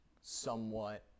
somewhat